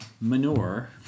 manure